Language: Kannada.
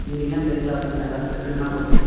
ನಿನ್ಗೆ ಏನು ಬೇಕಾ ಅದ್ರದ್ದು ನಾನು ಎಲ್ಲ ಫೆಸಿಲಿಟೀಸ್ ನಾವು ಕೊಡ್ತೀವಿ